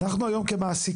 אנחנו היום כמעסיקים,